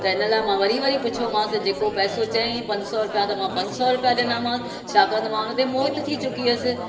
त हिन लाइ मां वरी वरी पुछियोमांसि जेको पैसो चईं पंज सौ रुपया त मां पंज सौ रुपया ॾिनामांसि छाकाणि त मां हुनते मोहित थी चुकी हुअसि